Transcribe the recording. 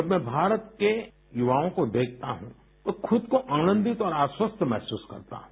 जब मैं भारत के युवाओं को देखता हूँ तो खुद को आनंदित और आश्वस्त महसूस करता हूँ